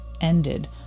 ended